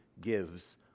gives